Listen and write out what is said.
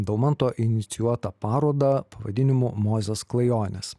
daumanto inicijuotą parodą pavadinimu mozės klajonės